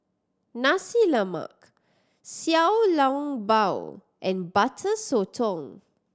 Nasi Lemak Xiao Long Bao and Butter Sotong